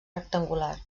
rectangular